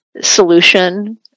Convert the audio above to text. solution